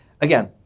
again